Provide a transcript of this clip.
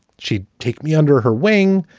she'd take me under her wing,